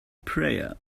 prayer